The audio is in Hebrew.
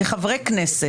כחברי כנסת,